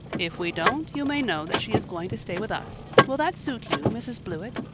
if we don't you may know that she is going to stay with us. will that suit you, mrs. blewett?